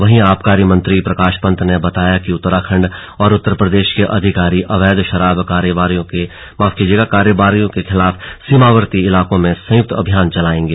वहीं आबकारी मंत्री प्रकाश पंत ने बताया कि उत्तराखंड और उत्तर प्रदेश के अधिकारी अवैध शराब कारोबारियों के खिलाफ सीमावर्ती इलाकों में संयुक्त अभियान चलायेंगे